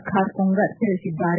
ಖಾರ್ಕೊಂಗರ್ ತಿಳಿಸಿದ್ದಾರೆ